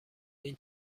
این